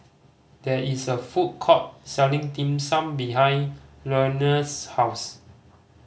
there is a food court selling Dim Sum behind Lenore's house